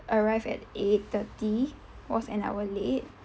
arrived at eight thirty was an hour late